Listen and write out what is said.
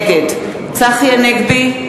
נגד צחי הנגבי,